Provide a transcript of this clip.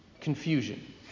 Confusion